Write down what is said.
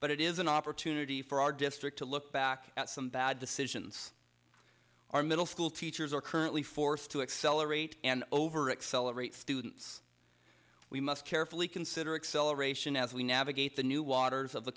but it is an opportunity for our district to look back at some bad decisions our middle school teachers are currently forced to accelerate and over accelerate students we must carefully consider acceleration as we navigate the new waters of the